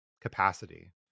capacity